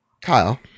Kyle